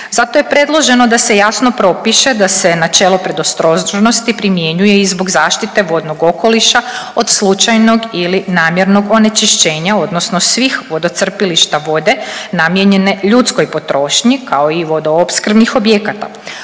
Zato je predloženo da se jasno propiše da se načelo predostrožnosti primjenjuje i zbog zaštite vodnog okoliša od slučajnog ili namjernog onečišćenja odnosno svih vodocrpilišta vode namijenjene ljudskoj potrošnji kao i vodoopskrbnih objekata.